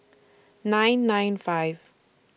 nine nine five